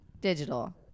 digital